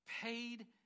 Paid